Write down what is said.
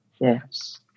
Yes